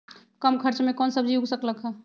कम खर्च मे कौन सब्जी उग सकल ह?